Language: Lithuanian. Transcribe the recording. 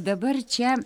dabar čia